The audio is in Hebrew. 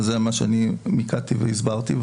וזה מה שאני מיקדתי והסברתי,